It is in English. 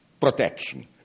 protection